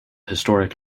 historic